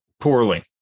poorly